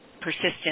persistent